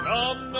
Come